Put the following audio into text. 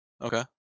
okay